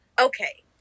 okay